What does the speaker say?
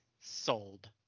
sold